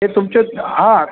ते तुमचं हां